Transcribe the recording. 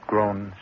grown